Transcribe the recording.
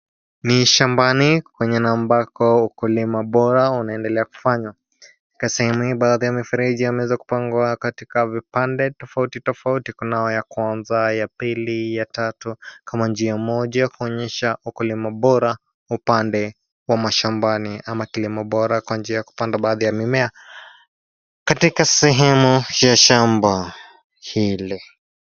Ni shambani kwenye na ambako ukulima bora unaendelea kufanywa. Katika sehemu hii baadhi ya mifereji yameweza kupangwa katika vipande tofauti tofauti. Kunayo ya kwanza, ya pili, ya tatu kama njia moja ya kuonyesha ukulima bora upande wa mashambani, ama kilimo bora kwa njia ya kupanda baadhi ya mimea katika sehemu ya shamba hili.